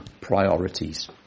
priorities